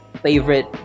favorite